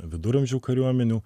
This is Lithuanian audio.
viduramžių kariuomenių